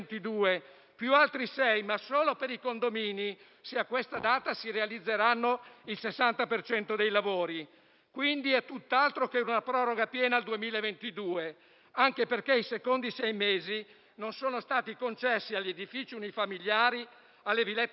più altri sei mesi, ma solo per i condomini se, a quella data, si realizzerà il 60 per cento dei lavori. Quindi, è tutt'altro che una proroga piena al 2022; anche perché, i secondi sei mesi non sono stati concessi agli edifici unifamiliari, alle villette a schiera